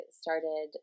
started